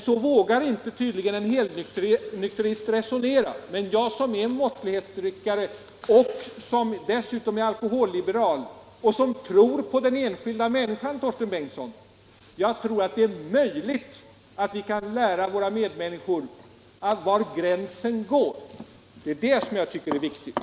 Så vågar tydligen inte en helnykterist resonera. Men jag är en måttlighetsdrickare och dessutom alkoholliberal, och jag tror på den enskilda människan. Och jag tror att det är möjligt att lära våra medmänniskor var gränsen går! Det är detta som jag tycker är viktigt.